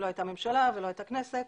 שלא הייתה ממשלה ולא הייתה כנסת.